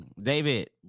David